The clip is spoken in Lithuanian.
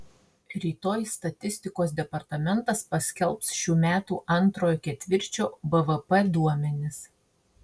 rytoj statistikos departamentas paskelbs šių metų antrojo ketvirčio bvp duomenis